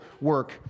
work